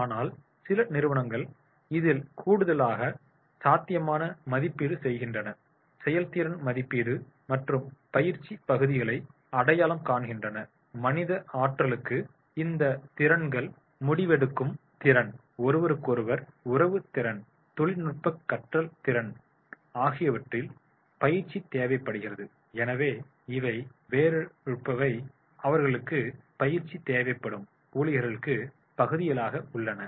ஆனால் சில நிறுவனங்கள் இதில் கூடுதலாக சாத்தியமான மதிப்பீடு செய்கின்றன செயல்திறன் மதிப்பீடு மற்றும் பயிற்சி பகுதிகளை அடையாளம் காண்கின்றன மனித ஆற்றலுக்கு இந்த திறன்கள் முடிவெடுக்கும் திறன் ஒருவருக்கொருவர் உறவு திறன் தொழில்நுட்ப கற்றல் திறன் ஆகியவற்றில் பயிற்சி தேவைப்படுகிறது எனவே இவை வேறுபட்டவை அவர்களுக்கு பயிற்சி தேவைப்படும் ஊழியர்களுக்கு பகுதிகளாக உள்ளன